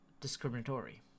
discriminatory